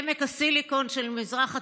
עמק הסיליקון של המזרח התיכון,